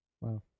Wow